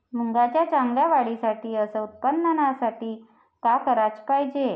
मुंगाच्या चांगल्या वाढीसाठी अस उत्पन्नासाठी का कराच पायजे?